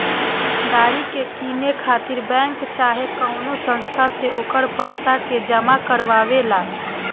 गाड़ी के किने खातिर बैंक चाहे कवनो संस्था से ओकर पइसा के जामा करवावे ला